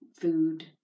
food